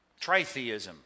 tritheism